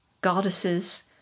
goddesses